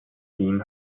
team